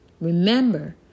Remember